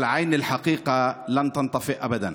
אבל (אומר בערבית: העין של האמת לא תכבה לעולם.)